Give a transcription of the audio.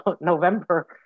November